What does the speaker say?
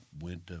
went